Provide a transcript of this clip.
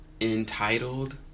entitled